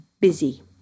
busy